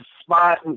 spot